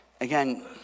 Again